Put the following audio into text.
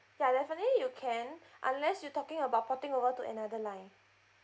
ya definitely you can unless you talking about porting over to another line